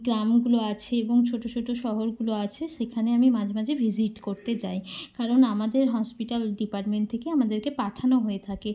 গ্রামগুলো আছে এবং ছোটো ছোটো শহরগুলো আছে সেখানে আমি মাঝে মাঝে ভিজিট করতে যাই কারণ আমাদের হসপিটাল ডিপার্টমেন্ট থেকে আমাদেরকে পাঠানো হয়ে থাকে